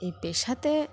এই পেশাতে